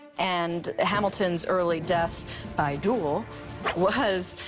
and hamilton's early death by duel was,